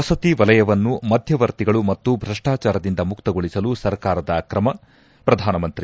ವಸತಿ ವಲಯವನ್ನು ಮಧ್ಯವರ್ತಿಗಳು ಮತ್ತು ಭ್ರಷ್ಟಾಚಾರದಿಂದ ಮುಕ್ತಗೊಳಿಸಲು ಸರ್ಕಾರದ ಕ್ರಮ ಪ್ರಧಾನಮಂತ್ರಿ